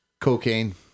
Cocaine